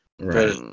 Right